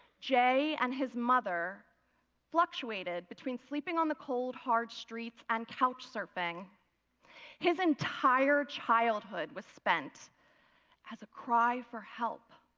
jay and his mother fluctuated between sleeping on the cold hard streets and couch surfing his. his entire childhood was spent as a cry for help.